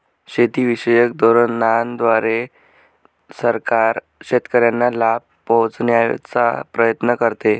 शेतीविषयक धोरणांद्वारे सरकार शेतकऱ्यांना लाभ पोहचवण्याचा प्रयत्न करते